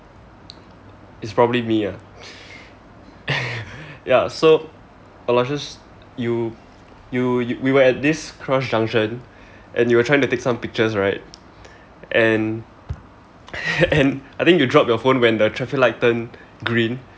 it's probably me lah ya so aloysius you you we were at this cross junction and you were trying to take some pictures right and and I think you dropped your phone when the traffic light turned green